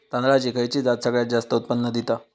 तांदळाची खयची जात सगळयात जास्त उत्पन्न दिता?